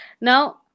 now